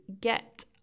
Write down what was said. get